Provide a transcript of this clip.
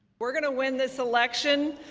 we're gonna win this election.